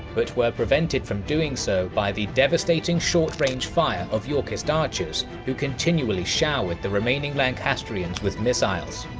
but were prevented from doing so by the devastating short-range fire of yorkist archers, who continuously showered the remaining lancastrians with missiles.